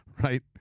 Right